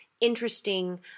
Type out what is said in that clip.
interesting